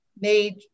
made